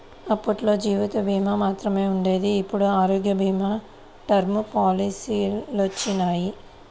అప్పట్లో జీవిత భీమా మాత్రమే ఉండేది ఇప్పుడు ఆరోగ్య భీమా, టర్మ్ పాలసీలొచ్చినియ్యి